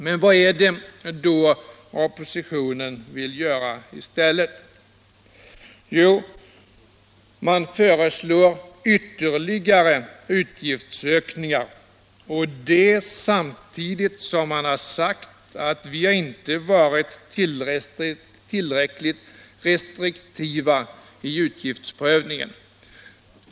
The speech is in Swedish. Men vad är det då oppositionen vill ha i stället? Jo, man föreslår ytterligare utgiftsökningar, samtidigt som man har sagt att vi inte har varit tillräckligt restriktiva i utgiftsprövningen.